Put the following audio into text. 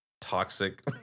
toxic